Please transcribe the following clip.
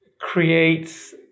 creates